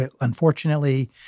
Unfortunately